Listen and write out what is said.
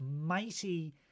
mighty